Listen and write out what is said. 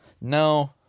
No